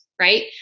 right